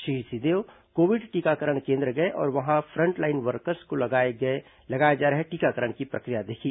Shri Singhdeo Covid टीकाकरण केन्द्र गए और वहां फ्रंटलाइन वर्कर्स को लगाए जा रहे टीकाकरण की प्रक्रिया देखी